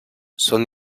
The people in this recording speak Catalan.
són